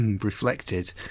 reflected